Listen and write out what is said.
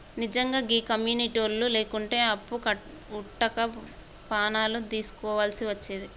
నిజ్జంగా గీ కమ్యునిటోళ్లు లేకుంటే అప్పు వుట్టక పానాలు దీస్కోవల్సి వచ్చేది